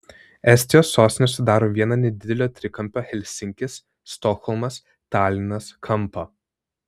estijos sostinė sudaro vieną nedidelio trikampio helsinkis stokholmas talinas kampą